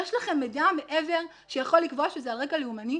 יש לכם מידע מעבר שיכול לקבוע שזה על רקע לאומני?